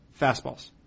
fastballs